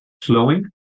slowing